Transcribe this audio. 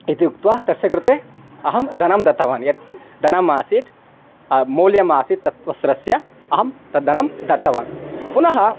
इति उक्त्वा तस्य कृते अहं धनं दत्तवान् यत् धनम् आसीत् मूल्यमासीत् तत् वस्त्रस्य अहं तद् धनं दत्तवान् पुनः